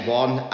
one